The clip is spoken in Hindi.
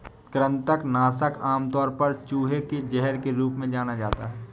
कृंतक नाशक आमतौर पर चूहे के जहर के रूप में जाना जाता है